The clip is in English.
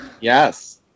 Yes